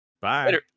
bye